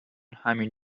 همین